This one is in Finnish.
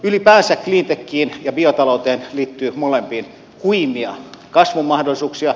ylipäänsä cleantechiin ja biotalouteen liittyy molempiin huimia kasvumahdollisuuksia